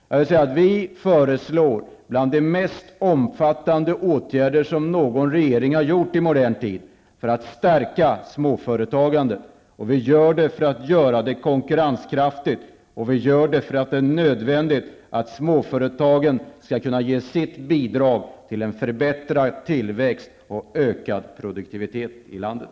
Våra förslag innebär något av de mest omfattande åtgärder för att stärka småföretagandet som någon regering har vidtagit i modern tid. Det är för att göra småföretagandet konkurrenskraftigt och för att det är nödvändigt att småföretagen ger sitt bidrag till en förbättrad tillväxt och ökad produktivitet i landet.